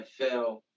NFL